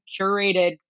curated